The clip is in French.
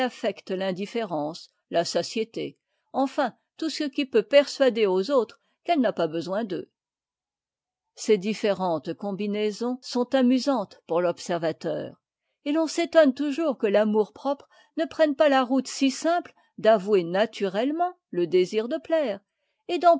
affecte l'indifférence la satiété enfin tout ce qui peut persuader aux autres qu'elle n'a pas besoin d'eux ces différentes combinaisons sont amusantes pour l'observateur et l'on s'étonne toujours que l'amourpropre ne prenne pas la route si simple d'avouer naturellement le désir de plaire et